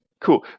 Cool